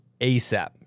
ASAP